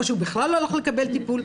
או שהוא בכלל לא הלך לקבל טיפול,